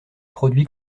produits